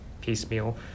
piecemeal